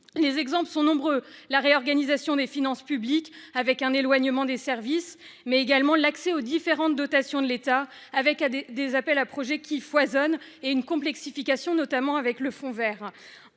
Les exemples sont nombreux : la réorganisation des finances publiques, avec un éloignement des services, mais également l'accès aux différentes dotations de l'État, avec des appels à projets qui foisonnent et une complexification, flagrante notamment dans le fonds vert